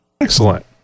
Excellent